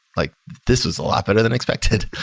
like this is a lot better than expected.